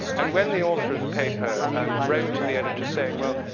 and when the author of the paper um wrote to the editor saying, well,